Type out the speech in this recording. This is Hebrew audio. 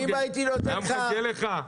הוא היה מחכה לך?